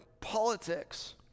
politics